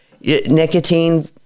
nicotine